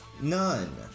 None